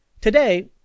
Today